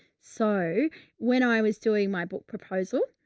so when i was doing my book proposal.